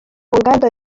nganda